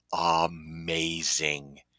amazing